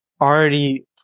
already